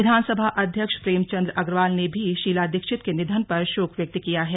विधानसभा अध्यक्ष प्रेमचंद अग्रवाल ने भी शीला दीक्षित के निधन पर शोक व्यक्त किया है